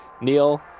Neil